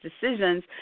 decisions